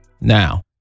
Now